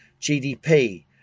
GDP